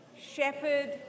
Shepherd